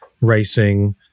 racing